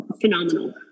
phenomenal